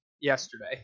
yesterday